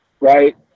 Right